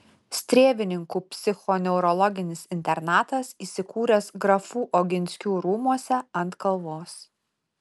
strėvininkų psichoneurologinis internatas įsikūręs grafų oginskių rūmuose ant kalvos